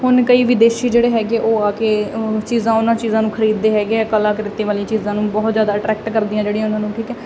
ਹੁਣ ਕਈ ਵਿਦੇਸ਼ੀ ਜਿਹੜੇ ਹੈਗੇ ਉਹ ਆ ਕੇ ਚੀਜ਼ਾਂ ਉਹਨਾਂ ਚੀਜ਼ਾਂ ਨੂੰ ਖਰੀਦਦੇ ਹੈਗੇ ਆ ਕਲਾ ਕ੍ਰੀਤੀਆਂ ਵਾਲੀਆਂ ਚੀਜ਼ਾਂ ਨੂੰ ਬਹੁਤ ਜਿਆਦਾ ਐਟਰੈਕਟ ਕਰਦੀਆਂ ਉਹਨੂੰ ਨੂੰ ਠੀਕ ਐ